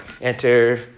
Enter